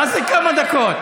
מה זה כמה דקות?